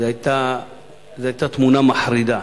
זו היתה תמונה מחרידה,